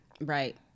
Right